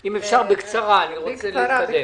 אם אפשר, בקצרה, אני רוצה להתקדם.